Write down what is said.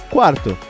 Quarto